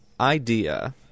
idea